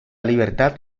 libertad